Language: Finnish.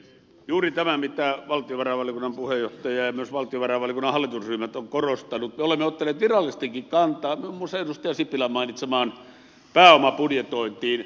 juuri tämä mitä valtiovarainvaliokunnan puheenjohtaja ja myös valtiovarainvaliokunnan hallitusryhmät ovat korostaneet ja me olemme ottaneet virallisestikin kantaa muun muassa edustaja sipilän mainitsemaan pääomabudjetointiin